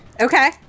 Okay